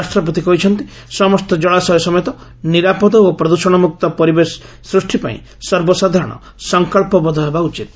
ରାଷ୍ଟ୍ରପତି କହିଛନ୍ତି ସମସ୍ତ ଜଳାଶୟ ସମେତ ନିରାପଦ ଓ ପ୍ରଦୃଷଣମୁକ୍ତ ପରିବେଶ ସୃଷ୍ଟି ପାଇଁ ସର୍ବସାଧାରଣ ସଂକଳ୍ପବଦ୍ଧ ହେବା ଉଚିତ୍